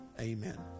amen